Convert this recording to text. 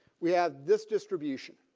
we have this distribution.